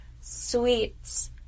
sweets